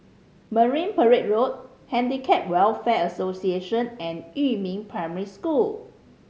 Marine Parade Road Handicap Welfare Association and Yumin Primary School